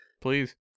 please